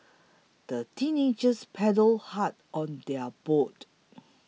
the teenagers paddled hard on their boat